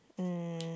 um